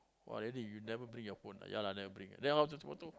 !wah! daddy you really never bring your phone ah ya lah never bring then all this photo